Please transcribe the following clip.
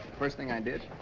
first thing i did